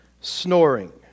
snoring